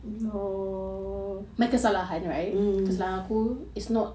your mm